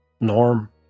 norm